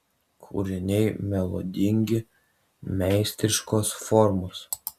kūriniai melodingi meistriškos formos